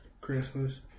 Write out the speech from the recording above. Christmas